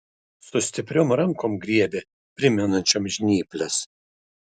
su stipriom rankom griebė primenančiom žnyples